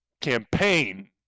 campaign